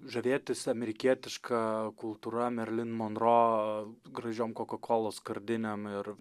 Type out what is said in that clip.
žavėtis amerikietiška kultūra marilyn monroe gražiom kokakolos skardinėm ir